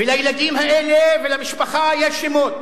ולילדים האלה ולמשפחה יש שמות.